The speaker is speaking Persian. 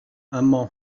اما